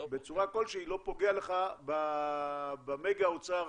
בצורה כלשהי לא פוגע לך במגה אוצר